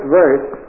verse